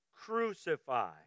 crucify